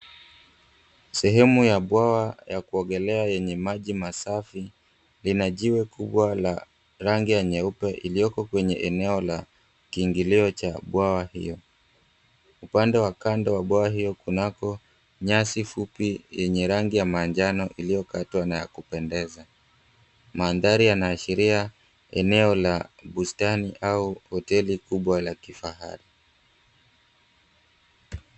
Sehemu ya bwawa ya kuogelea yenye maji masafi, lina jiwe kubwa la rangi ya nyeupe iliyoko kwenye eneo la kiingilio cha bwawa hiyo. Upande wa kando wa bwawa hiyo kunako nyasi fupi yenye rangi ya manjano iliyokatwa na ya kupendeza. Mandhari yanaashiria eneo la bustani au hoteli kubwa la kifahari.